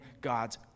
God's